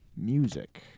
music